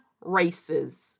races